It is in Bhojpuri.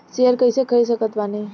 शेयर कइसे खरीद सकत बानी?